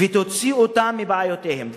ותוציא אותם מבעיותיהם.